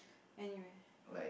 anyway